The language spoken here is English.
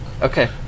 Okay